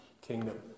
kingdom